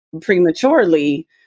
prematurely